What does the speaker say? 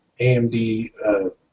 AMD